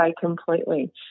completely